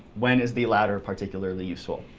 when is the latter particularly useful?